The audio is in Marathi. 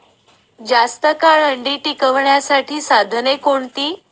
जास्त काळ अंडी टिकवण्यासाठी साधने कोणती?